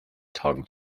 tongue